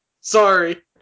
Sorry